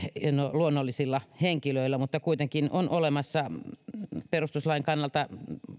luonnollisilla henkilöillä on kuitenkin on olemassa perustuslain kannalta